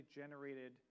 generated